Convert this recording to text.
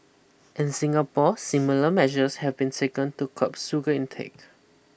in Singapore similar measures have been taken to curb sugar intake